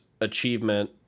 achievement